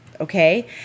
okay